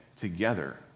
together